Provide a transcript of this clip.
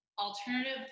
alternative